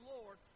Lord